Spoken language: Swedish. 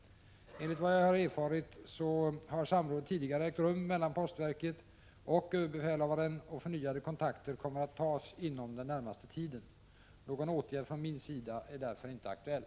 Enligt vad jag har erfarit har samråd tidigare ägt rum mellan postverket och överbefälhavaren, och förnyade kontakter kommer att tas inom den närmaste tiden. Någon åtgärd från min sida är därför inte aktuell.